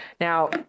now